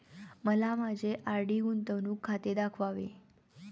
मला माझे आर.डी गुंतवणूक खाते दाखवावे